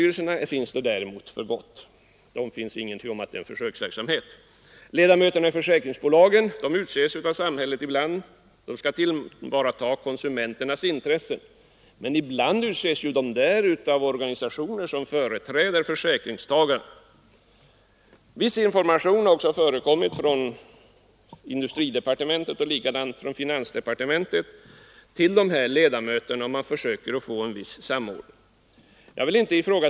Reglerna för samhällsrepresentanter i bankstyrelserna är däremot fastställda för gott. Sådana ledamöter i försäkringsbolagens styrelser utses ibland av samhället. De skall tillvarata konsumenternas intresse. Men ibland utses de av organisationer som företräder försäkringstagarna. Viss information har också lämnats från industridepartementet och finansdepartementet till dessa styrelseledamöter, och man försöker här få till stånd en viss samordning.